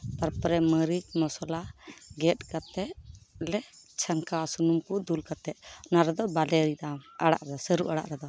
ᱛᱟᱨᱯᱚᱨᱮ ᱢᱟᱹᱨᱤᱪ ᱢᱚᱥᱞᱟ ᱜᱮᱫ ᱠᱟᱛᱮᱫ ᱞᱮ ᱪᱷᱟᱸᱠᱟᱣᱟ ᱥᱩᱱᱩᱢ ᱠᱚ ᱫᱩ ᱠᱟᱛᱮᱫ ᱚᱱᱟ ᱨᱮᱫᱚ ᱵᱟᱞᱮ ᱟᱲᱟᱜ ᱥᱟᱹᱨᱩ ᱟᱲᱟᱜ ᱨᱮᱫᱚ